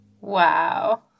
Wow